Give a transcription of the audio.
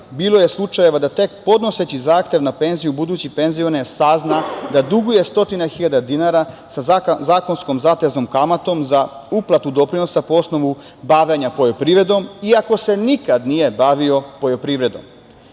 bilo je slučajeva da tek podnoseći zahtev na penziju u buduće penzione sazna da duguje stotina hiljada dinara sa zakonskom zateznom kamatom za uplatu doprinosa po osnovu bavljenje poljoprivredom i ako se nikad nije bavio poljoprivredom.U